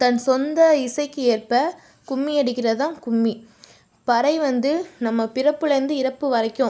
தன் சொந்த இசைக்கு ஏற்ப கும்மி அடிக்கிறது தான் கும்மி பறை வந்து நம்ம பிறப்பிலேருந்து இறப்பு வரைக்கும்